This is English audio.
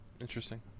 interesting